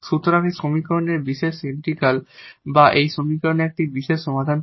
সুতরাং এই সমীকরণের পার্টিকুলার ইন্টিগ্রাল বা এই সমীকরণের একটি পার্টিকুলার সমাধান পাবো